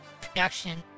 production